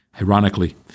Ironically